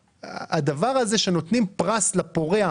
לתת פרס לפורע,